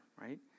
right